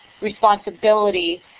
responsibility